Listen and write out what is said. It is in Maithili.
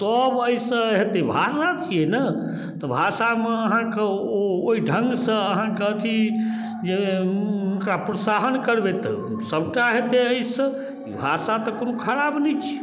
सभ एहिसँ हेतै भाषा छियै ने तऽ भाषामे अहाँके ओ ओहि ढङ्ग सँ अहाँके अथी जे ओकरा प्रोत्साहन करबै तऽ सभटा हेतै एहिसँ भाषा तऽ कोनो खराब नहि छै